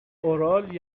اورال